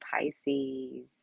Pisces